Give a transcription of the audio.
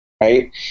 right